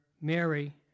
Mary